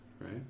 right